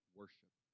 worship